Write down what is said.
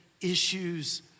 issues